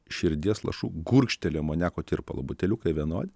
širdies lašų gurkšteli amoniako tirpalo buteliukai vienodi